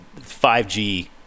5G